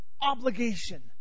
obligation